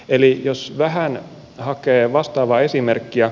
eli jos vähän hakee vastaavaa esimerkkiä